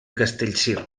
castellcir